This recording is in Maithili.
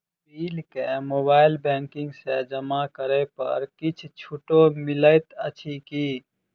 बिल केँ मोबाइल बैंकिंग सँ जमा करै पर किछ छुटो मिलैत अछि की?